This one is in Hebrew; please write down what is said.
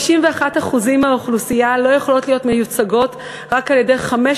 51% מהאוכלוסייה לא יכולות להיות מיוצגות רק על-ידי חמש